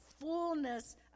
fullness